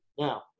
Now